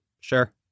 sure